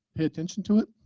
pay attention to it,